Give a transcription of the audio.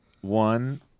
one